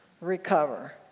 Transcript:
Recover